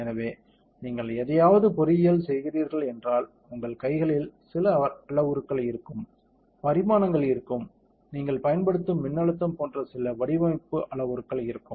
எனவே நீங்கள் எதையாவது பொறியியல் செய்கிறீர்கள் என்றால் உங்கள் கைகளில் சில அளவுருக்கள் இருக்கும் பரிமாணங்கள் இருக்கும் நீங்கள் பயன்படுத்தும் மின்னழுத்தம் போன்ற சில வடிவமைப்பு அளவுருக்கள் இருக்கும்